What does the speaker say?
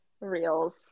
reels